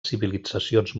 civilitzacions